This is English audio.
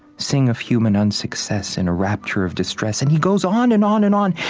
sing of human unsuccess, in a rapture of distress. and he goes on and on and on.